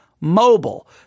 mobile